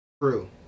Crew